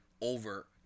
over